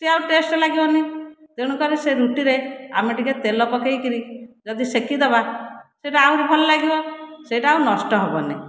ସେ ଆଉ ଟେଷ୍ଟି ଲାଗିବନି ତେଣୁକରି ସେ ରୁଟିରେ ଆମେ ଟିକିଏ ତେଲ ପକେଇକରି ଯଦି ସେକିଦେବା ସେଇଟା ଆହୁରି ଭଲଲାଗିବ ସେଇଟା ଆଉ ନଷ୍ଟ ହେବନି